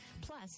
Plus